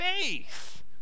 faith